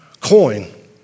coin